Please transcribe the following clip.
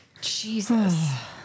Jesus